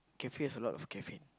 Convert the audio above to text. can face a lot of caffeine